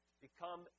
become